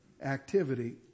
activity